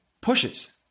pushes